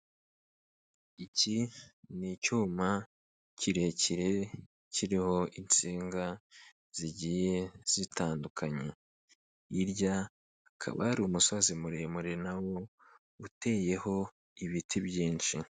Iki ni icyuma kirekire kiriho insinga zigiye zitandukanye, hirya hakaba hari umusozi muremure nawo uteyeho ibiti byinshi.